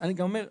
אני גם אומר,